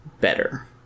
better